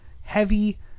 heavy